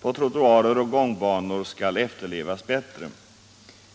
på trottoarer och gångbanor skall efterlevas bättre.